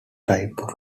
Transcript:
types